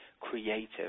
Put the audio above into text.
creative